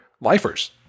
lifers